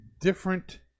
different